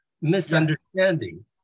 misunderstanding